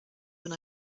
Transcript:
when